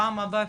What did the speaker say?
פעם הבאה,